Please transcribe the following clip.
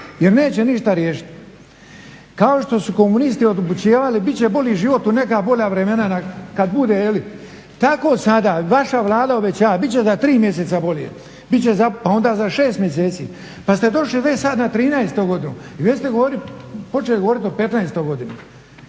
jer neće ništa riješit. Kao što su komunisti obećavali, bit će bolji život u neka bolja vremena kad bude. Tako sada vaša Vlada obećava, bit će za 3 mjeseca bolje, pa onda za 6 mjeseci, pa ste došli već sad na 13 godinu i već ste počeli govorit o 15 godini.